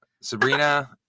Sabrina